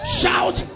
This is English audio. shout